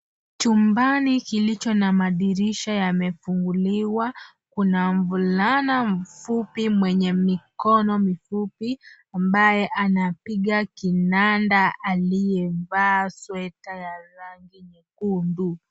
Chumbani kilicho na madirisha yamefunguliwa kuna mvulana mfupi mwenye mikono mifupi ambaye anapiga kinanda aliyevaa sweta ya rangi nyekundu.